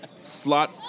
slot